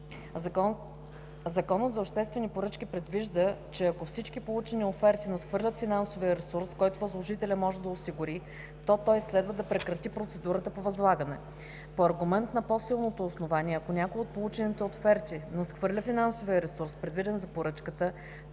Законът за обществени поръчки предвижда, че ако всички получени оферти надхвърлят финансовия ресурс, който възложителят може да осигури, то той следва да прекрати процедурата по възлагане. По аргумент на по-силното основание, ако някоя от получените оферти надхвърля финансовия ресурс, предвиден за поръчката,